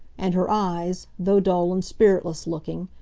and her eyes, though dull and spiritless-looking,